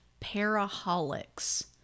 paraholics